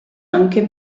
anche